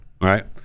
right